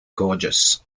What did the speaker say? gorgeous